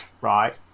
right